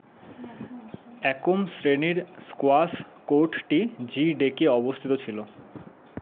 একম শ্রেণির স্কোয়াশ কোর্টটি জি ডেকে অবস্থিত ছিলো